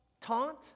taunt